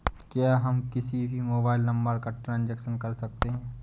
क्या हम किसी भी मोबाइल नंबर का ट्रांजेक्शन कर सकते हैं?